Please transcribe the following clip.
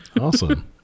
awesome